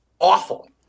awful